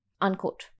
Unquote